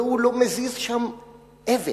והוא לא מזיז שם אבן,